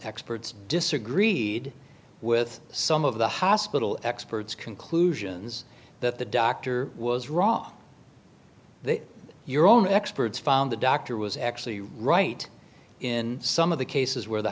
experts disagreed with some of the hospital experts conclusions that the doctor was wrong your own experts found the doctor was actually right in some of the cases where the